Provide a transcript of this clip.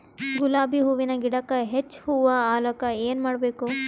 ಗುಲಾಬಿ ಹೂವಿನ ಗಿಡಕ್ಕ ಹೆಚ್ಚ ಹೂವಾ ಆಲಕ ಏನ ಮಾಡಬೇಕು?